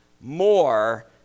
more